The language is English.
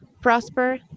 prosper